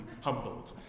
humbled